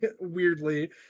weirdly